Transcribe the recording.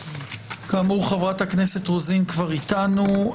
כאמור, חברת הכנסת רוזין כבר איתנו.